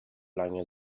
lange